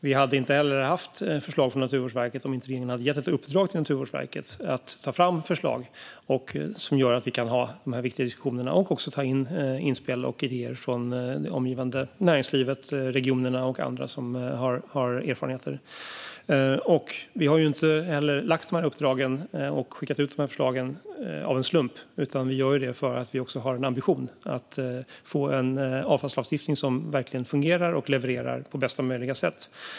Vi hade inte heller haft förslag från Naturvårdsverket om inte regeringen hade gett ett uppdrag till Naturvårdsverket att ta fram förslag som gör att vi kan ha de här viktiga diskussionerna och också ta in inspel och idéer från näringslivet, regionerna och andra som har erfarenheter. Vi har inte heller lagt uppdragen och skickat ut förslagen av en slump, utan vi gör det för att vi har en ambition att få en avfallslagstiftning som verkligen fungerar och levererar på bästa möjliga sätt.